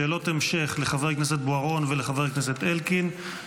שאלות המשך לחבר הכנסת בוארון ולחבר הכנסת אלקין.